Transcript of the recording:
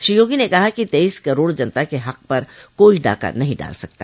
श्री योगी ने कहा कि तेईस करोड़ जनता के हक पर कोई डाका नहीं डाल सकता